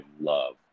love